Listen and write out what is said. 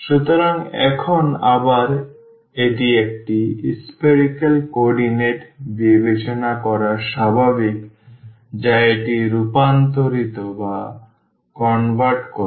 সুতরাং এখন আবার এটি একটি spherical কোঅর্ডিনেট বিবেচনা করা স্বাভাবিক যা এটি রূপান্তর করবে